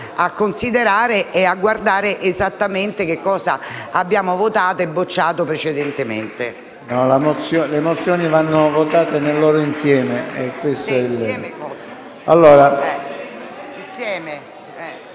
a considerare e a guardare esattamente cosa abbiamo votato e bocciato precedentemente.